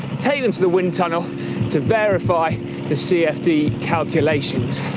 take them to the wind tunnel to verify the cfd calculations.